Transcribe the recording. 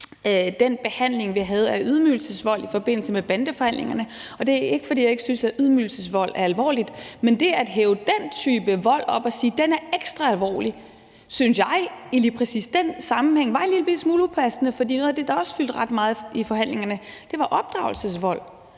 den behandling, vi havde af ydmygelsesvold i forbindelse med bandeforhandlingerne, var en lille smule problematisk. Det er ikke, fordi jeg ikke synes, at ydmygelsesvold er alvorligt, men det at tage den type vold op og sige, at den er ekstra alvorlig, synes jeg var en lillebitte smule upassende lige i den sammenhæng. For noget af det, der også fyldte ret meget i forhandlingerne, var opdragelsesvold.